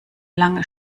lange